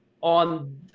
on